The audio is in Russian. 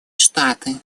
штаты